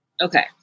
Okay